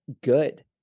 good